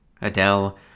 Adele